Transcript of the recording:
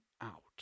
out